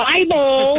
Bible